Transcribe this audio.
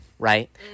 Right